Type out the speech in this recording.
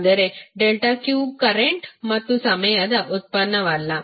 ಆದರೆ ∆q current ಮತ್ತು ಸಮಯದ ಉತ್ಪನ್ನವಲ್ಲ